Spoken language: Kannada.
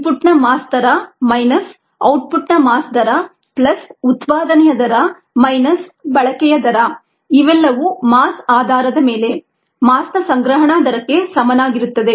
ಇನ್ಪುಟ್ನನ ಮಾಸ್ ದರ ಮೈನಸ್ ಔಟ್ಪುಟ್ನ ಮಾಸ್ ದರ ಪ್ಲಸ್ ಉತ್ಪಾದನೆಯ ದರ ಮೈನಸ್ ಬಳಕೆಯ ದರ ಇವೆಲ್ಲವೂ ಮಾಸ್ ಆಧಾರದ ಮೇಲೆ ಮಾಸ್ನ ಸಂಗ್ರಹಣಾ ದರಕ್ಕೆ ಸಮನಾಗಿರುತ್ತದೆ